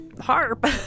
harp